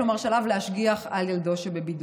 כלומר שעליו להשגיח על ילדו שבבידוד.